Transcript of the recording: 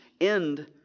end